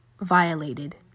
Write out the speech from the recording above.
violated